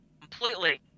completely